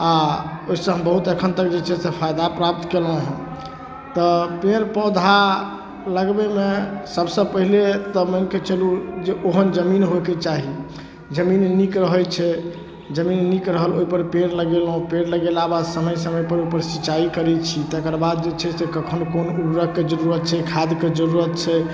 आओर ओहिसँ हम बहुत एखन तक जे छै से फाइदा प्राप्त कएलहुँ हँ तऽ पेड़ पौधा लगबैमे सबसँ पहिले तऽ मानिकऽ चलू जे ओहन जमीन होइके चाही जमीन नीक रहै छै जमीन नीक रहल ओहिपर पेड़ लगेलहुँ पेड़ लगेला बाद समय समय ओहिपर सिँचाइ करै छी तकर बाद जे छै से कखन कोन उर्वरकके जरूरत छै खादके जरूरत छै